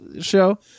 show